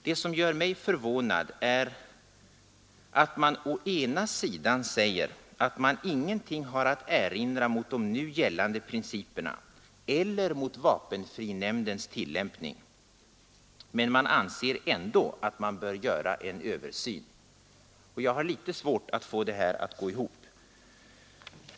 Det som gör mig förvånad är att man å ena sidan säger att man ingenting har att erinra mot de nu gällande principerna eller vapenfrinämndens tillämpning men att man samtidigt ändå anser att man bör göra en översyn. Jag har mycket svårt att få det här att gå ihop.